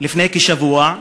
לפני כשבוע,